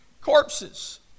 corpses